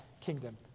kingdom